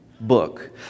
book